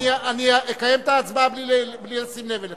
אני אקיים את ההצבעה בלי לשים לב אליכם.